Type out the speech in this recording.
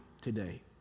today